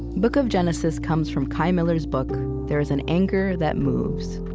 book of genesis comes from kei miller's book there is an anger that moves.